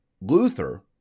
Luther